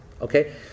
Okay